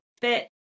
fit